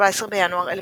17 בינואר 1945,